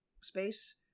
space